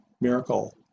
miracle